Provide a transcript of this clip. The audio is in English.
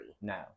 No